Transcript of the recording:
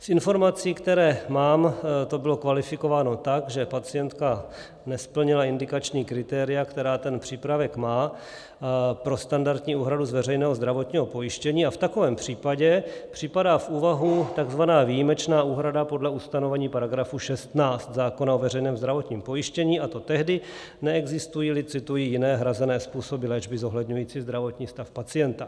Z informací, které mám, to bylo kvalifikováno tak, že pacientka nesplnila indikační kritéria, která ten přípravek má pro standardní úhradu z veřejného zdravotního pojištění, a v takovém případě připadá v úvahu takzvaná výjimečná úhrada podle ustanovení § 16 zákona o veřejném zdravotním pojištění, a to tehdy, neexistujíli cituji jiné hrazené způsoby léčby zohledňující zdravotní stav pacienta.